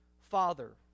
Father